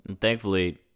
thankfully